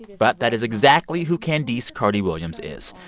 but that is exactly who candice carty-williams is.